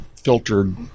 filtered